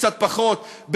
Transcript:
קצת פחות,